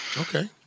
Okay